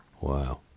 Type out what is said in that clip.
Wow